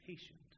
patient